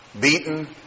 beaten